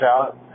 out